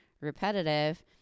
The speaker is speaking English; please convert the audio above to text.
repetitive